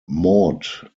maud